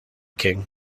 king